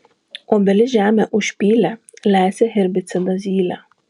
obelis žeme užpylė lesė herbicidą zylė